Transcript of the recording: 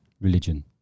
religion